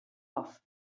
off